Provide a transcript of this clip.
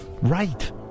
right